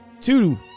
two